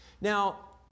Now